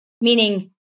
Meaning